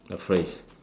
a phrase